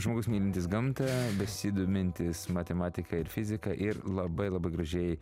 žmogus mylintis gamtą besidomintis matematika ir fizika ir labai labai gražiai